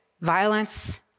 violence